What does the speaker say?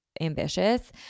ambitious